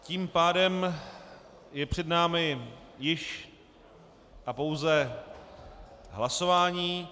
Tím pádem je před námi již a pouze hlasování.